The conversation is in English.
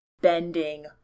bending